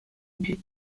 buts